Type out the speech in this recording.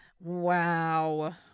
Wow